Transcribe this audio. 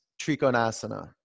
Trikonasana